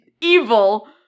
evil